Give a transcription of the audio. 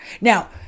Now